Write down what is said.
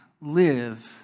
live